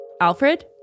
Alfred